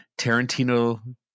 Tarantino